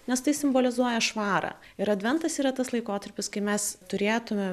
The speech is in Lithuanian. nes tai simbolizuoja švarą ir adventas yra tas laikotarpis kai mes turėtumėm